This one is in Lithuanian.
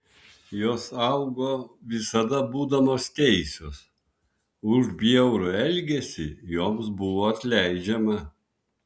jos augo visada būdamos teisios už bjaurų elgesį joms buvo atleidžiama